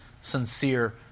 sincere